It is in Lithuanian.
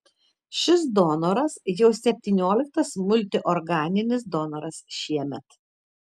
šis donoras jau septynioliktas multiorganinis donoras šiemet